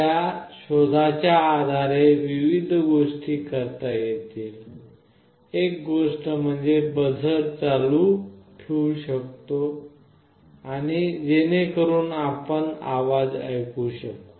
त्या शोधाच्या आधारे विविध गोष्टी करता येतील एक गोष्ट म्हणजे बझर चालू ठेवू शकतो आणि जेणेकरून आपण आवाज ऐकू शकु